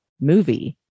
movie